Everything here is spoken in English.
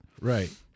Right